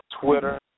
Twitter